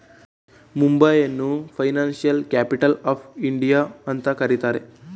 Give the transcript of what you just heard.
ಮುಂಬೈಯನ್ನು financial capital of India ಅಂತ ಕರಿತರೆ